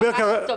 כרגע